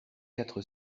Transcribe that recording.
quatre